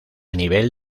nivel